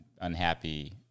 unhappy